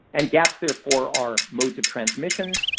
and gaps, therefore, are modes of transmission,